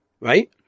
right